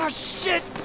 ah shit!